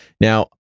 Now